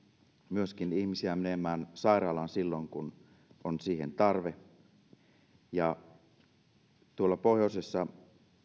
myöskin ihmisiä menemään sairaalaan silloin kun on siihen tarve tuolla pohjoisessa